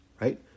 right